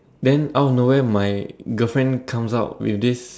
then out of nowhere my girlfriend comes out with this